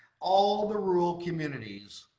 all the rural communities